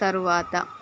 తరువాత